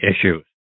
issues